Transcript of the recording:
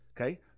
Okay